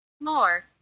More